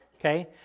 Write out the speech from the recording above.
Okay